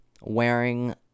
wearing